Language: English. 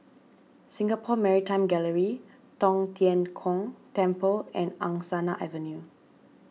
Singapore Maritime Gallery Tong Tien Kung Temple and Angsana Avenue